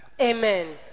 Amen